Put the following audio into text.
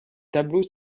tableaux